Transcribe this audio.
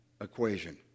equation